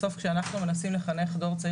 בסוף כשאנחנו מנסים לחנך דור צעיר